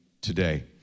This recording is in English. today